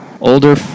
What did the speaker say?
Older